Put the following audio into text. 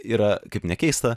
yra kaip nekeista